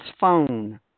phone